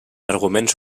arguments